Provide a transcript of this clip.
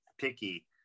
picky